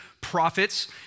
prophets